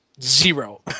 zero